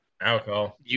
Alcohol